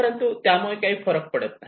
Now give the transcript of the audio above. परंतु त्यामुळे काही फरक पडत नाही